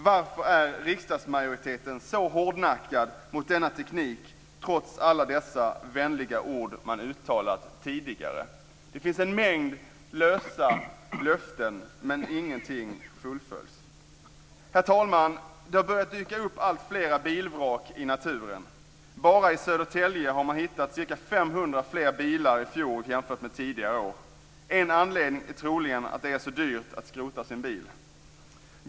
Varför är riksdagsmajoriteten så hårdnackad mot denna teknik trots alla de vänliga ord man har uttalat tidigare? Det finns en mängd lösa löften, men ingenting fullföljs. Herr talman! Det har börjat dyka upp alltfler bilvrak i naturen. Bara i Södertälje hittade man i fjol ca 500 fler bilar jämfört med tidigare år. En anledning är troligen att det är så dyrt att skrota sin bil.